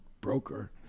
broker